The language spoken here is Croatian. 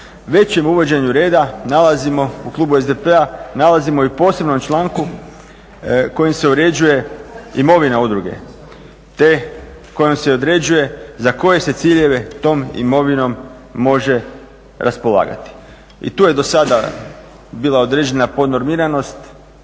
Većim uvođenju reda nalazimo u klubu SDP-a, nalazimo i posebnom članku kojim se uređuje imovina udruge, te kojom se određuje za koje se ciljeve tom imovinom može raspolagati. I tu je do sada bila određena podnormiranost,